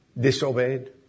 disobeyed